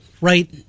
right